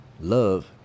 love